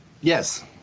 Yes